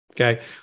Okay